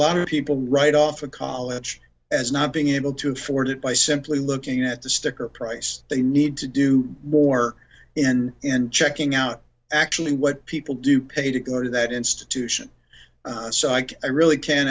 lot of people write off a college as not being able to afford it by simply looking at the sticker price they need to do more and in checking out actually what people do pay to go to that institution so i can i really can't